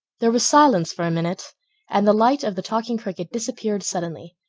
there was silence for a minute and the light of the talking cricket disappeared suddenly,